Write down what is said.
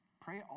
Pray